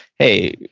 hey,